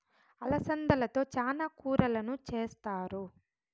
అలసందలతో చానా రకాల కూరలను చేస్తారు